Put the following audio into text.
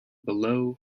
below